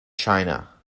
china